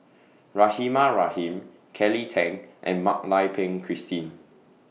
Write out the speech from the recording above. Rahimah Rahim Kelly Tang and Mak Lai Peng Christine